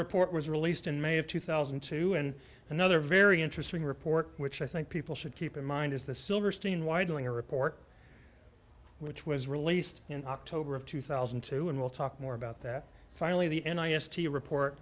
report was released in may of two thousand and two and another very interesting report which i think people should keep in mind is the silverstein why doing a report which was released in october of two thousand and two and we'll talk more about that finally the n i s to report